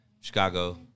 Chicago